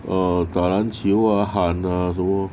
uh 打篮球啊喊啊什么